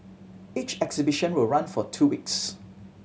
each exhibition will run for two weeks